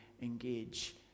engage